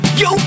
yo